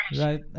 right